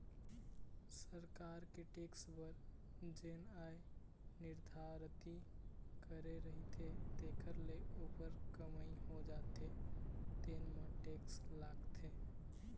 सरकार के टेक्स बर जेन आय निरधारति करे रहिथे तेखर ले उप्पर कमई हो जाथे तेन म टेक्स लागथे